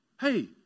Hey